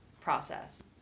process